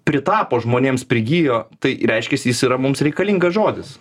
pritapo žmonėms prigijo tai reiškiasi jis yra mums reikalingas žodis